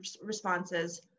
responses